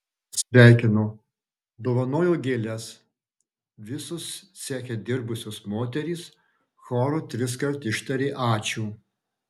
sveikino dovanojo gėles visos ceche dirbusios moterys choru triskart ištarė ačiū